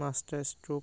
master stroke